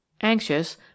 anxious